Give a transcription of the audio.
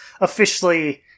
officially